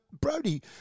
Brody